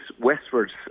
westwards